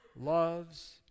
loves